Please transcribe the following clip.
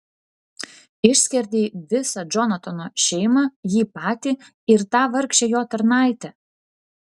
išskerdei visą džonatano šeimą jį patį ir tą vargšę jo tarnaitę